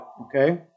okay